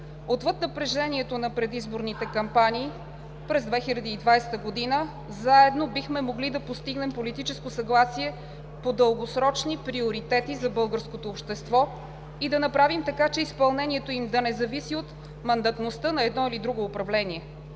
отвъд напрежението на предизборните кампании. През 2020 г. заедно бихме могли да постигнем политическо съгласие по дългосрочни приоритети за българското общество и да направим така, че изпълнението им да не зависи от мандатността на едно или друго управление.